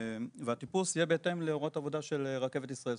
והטיפוס יהיה בהתאם להוראות עבודה של רכבת ישראל.